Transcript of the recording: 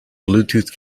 bluetooth